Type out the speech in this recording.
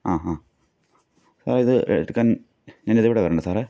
ആ ആ ഇത് എടുക്കാൻ ഞാൻ ഇതെവിടെ വരേണ്ടത് സാറെ